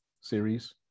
series